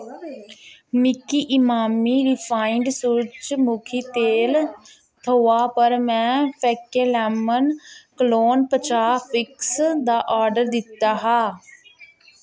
मिकी इमामी रिफाइंड सूरजमुखी तेल थ्होआ पर में फैकेलैमन क्लोन पचाह् पिक्स दा आर्डर दित्ता हा